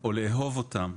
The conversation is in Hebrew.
או לאהוב אותם